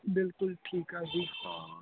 ਬਿਲਕੁਲ ਠੀਕ ਆ ਜੀ